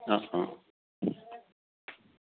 অঁ অঁ